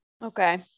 Okay